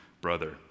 brother